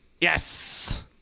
Yes